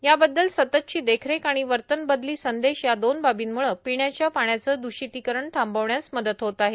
याबद्दल सततची देखरेख आणि वर्तनबदली संदेश या दोन बाबींमुळं पिण्याच्या पाण्याचं दूषितीकरण थांबवण्यास मदत होत आहे